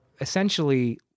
essentially